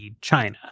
China